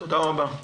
תודה רבה.